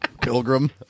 Pilgrim